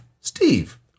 Steve